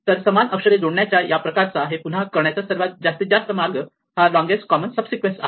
तर समान अक्षरे जोडण्याचा या प्रकारचा हे पुन्हा करण्याचा जास्तीत जास्त मार्ग हा लोंगेस्ट कॉमन सब सिक्वेन्स आहे